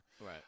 Right